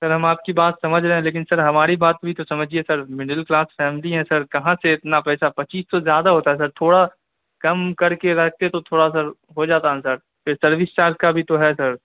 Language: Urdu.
سر ہم آپ کی بات سمجھ رے ہیں لیکن سر ہماری بات بھی تو سمجھیے سر مڈل کلاس فیملی ہیں سر کہاں سے اتنا پیسہ پچیس سو زیادہ ہوتا ہے سر تھوڑا کم کر کے رہتے تو تھوڑا سر ہو جاتا نا سر سروس چارج کا بھی تو ہے سر